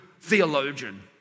theologian